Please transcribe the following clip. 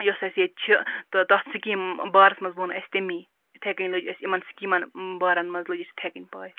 یۄس اَسہِ ییٚتہِ چھِ تہٕ تَتھ سکیٖم بارَس مَنٛز ووٚن اَسہِ تمی یِتھَے کِنۍ لٔج اَسہِ یِمَن سِکیٖمَن بارَن مَنٛز لٔج اَسہِ یِتھے کَنی پے